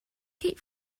kate